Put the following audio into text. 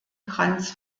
kranz